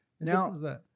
Now